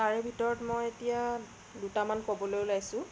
তাৰ ভিতৰত মই এতিয়া দুটামান ক'বলৈ ওলাইছোঁ